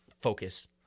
focus